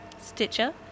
Stitcher